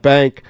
Bank